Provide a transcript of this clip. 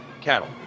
cattle